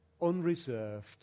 unreserved